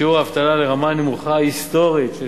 בשיעור האבטלה לרמה הנמוכה היסטורית של